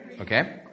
Okay